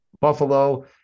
Buffalo